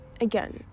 again